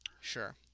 sure